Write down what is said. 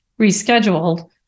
rescheduled